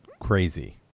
crazy